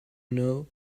know